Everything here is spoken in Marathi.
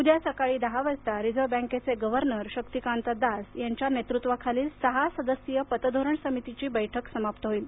उद्या सकाळी दहा वाजता रिझर्व्ह बँकेचे गव्हर्नर शाक्तीकांता दास यांच्या नेतृत्वाखालील सहा सदस्यीय पतधोरण समितीची बैठक समाप्त होईल